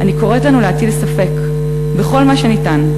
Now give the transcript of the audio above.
אני קוראת לנו להטיל ספק בכל מה שניתן,